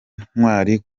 ntwari